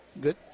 good